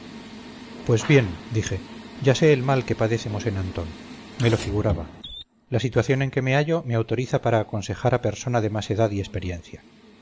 pues bien dije ya sé el mal que padece mosén antón me lo figuraba la situación en que me hallo me autoriza para aconsejar a persona de más edad y experiencia